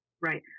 Right